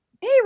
hey